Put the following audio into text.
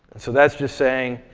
so that's just saying,